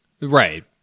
Right